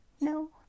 No